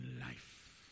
life